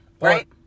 Right